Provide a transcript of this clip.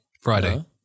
Friday